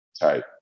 type